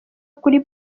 kuri